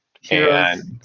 heroes